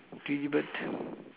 three bird